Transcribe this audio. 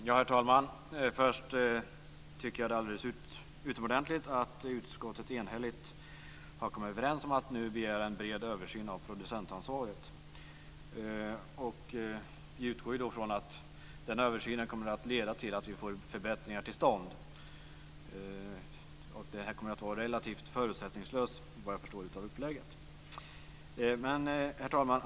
Herr talman! Först vill jag säga att jag tycker att det är alldeles utomordentligt att utskottet enhälligt har kommit överens om att nu begära en bred översyn av producentansvaret. Vi utgår då från att den översynen kommer att leda till att vi får förbättringar till stånd. Såvitt jag förstår kommer detta att vara relativt förutsättningslöst. Herr talman!